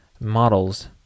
models